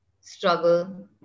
struggle